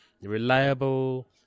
reliable